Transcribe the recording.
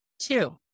two